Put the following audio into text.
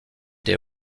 des